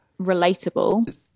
relatable